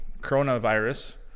coronavirus